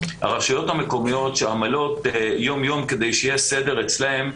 הרשויות המקומיות שעמלות יומיום כדי שיהיה סדר אצלן,